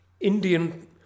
Indian